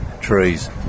trees